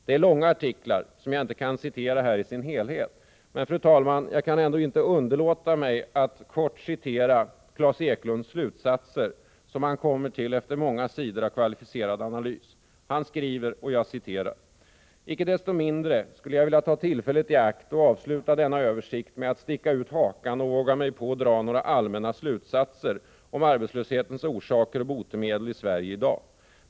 Det är långa artiklar som jag inte kan citera här i deras helhet, men jag kan ändock inte underlåta att kort citera Klas Eklunds slutsatser efter många sidor av kvalificerad analys. Han skriver: ”Icke desto mindre skulle jag vilja ta tillfället i akt och avsluta denna översikt med att sticka ut hakan och våga mig på att dra några allmänna slutsatser om arbetslöshetens orsaker och botemedel i Sverige i dag.